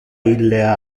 ille